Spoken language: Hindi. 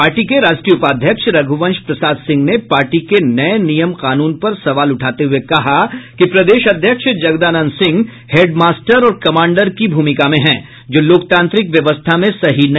पार्टी के राष्ट्रीय उपाध्यक्ष रघ्रवंश प्रसाद सिंह ने पार्टी के नए नियम कानून पर सवाल उठाते हुए कहा कि प्रदेश अध्यक्ष जगदानंद सिंह हेडमास्टर और कमांडर की भूमिका में हैं जो लोकतांत्रिक व्यवस्था में सही नहीं